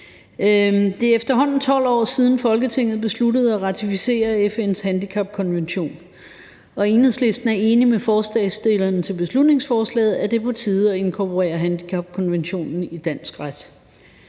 Det er efterhånden 12 år siden, Folketinget besluttede at ratificere FN’s handicapkonvention, og Enhedslisten er enig med forslagsstillerne i, at det er på tide at inkorporere handicapkonventionen i dansk ret.